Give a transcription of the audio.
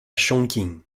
chongqing